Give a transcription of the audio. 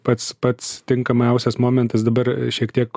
pats pats tinkamiausias momentas dabar šiek tiek